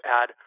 add